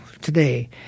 today